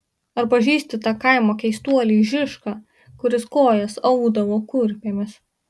ar pažįsti tą kaimo keistuolį žišką kuris kojas audavo kurpėmis